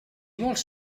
vols